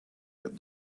get